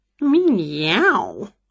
Meow